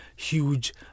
huge